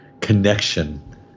connection